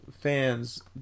fans